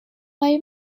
های